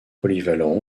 polyvalent